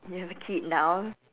you have a kid now